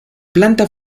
planta